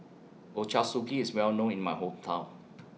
Ochazuke IS Well known in My Hometown